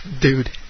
Dude